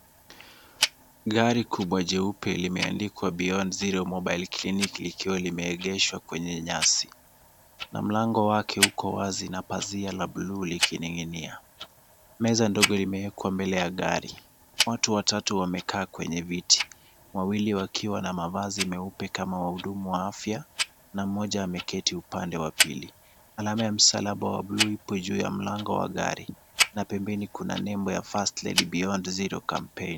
Gari kubwa jeupe limeandikwa beyond zero mobile clinic likiwa limeegeshwa kwenye nyasi na mlango wake uko wazi na pazia la bluu likining'inia. Meza ndogo imewekwa mbele ya gari. Watu watatu wamekaa kwenye viti wawili wakiwa na mavazi meupe kama wahudumu wa afya na mmoja ameketi upande wa pili. Alama ya msalaba wa bluu ipo juu ya mlango wa gari na pembeni kuna nembo ya first lady beyond zero campaign .